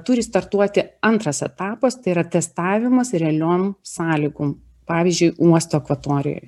turi startuoti antras etapas tai yra testavimas realiom sąlygom pavyzdžiui uosto ekvatorijoj